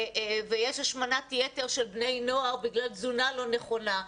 ויש השמנת יתר של בני נוער בגלל תזונה לא נכונה,